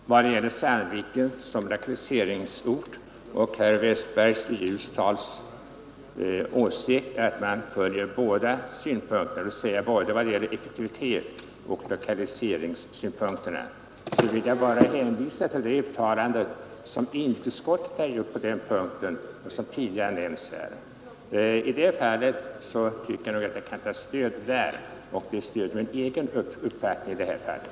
Herr talman! Vad beträffar Sandviken som lokaliseringsort och herr Westbergs i Ljusdal åsikt att man tar hänsyn till både effektivitetsoch lokaliseringssynpunkterna om domstolsverket placeras där vill jag bara hänvisa till de uttalanden som inrikesutskottet har gjort på den här punkten och som tidigare nämnts här. Jag tycker nog att jag där kan få stöd för min egen uppfattning i det här fallet.